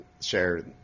share